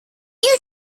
you